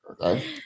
Okay